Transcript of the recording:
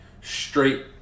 straight